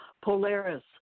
Polaris